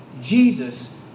Jesus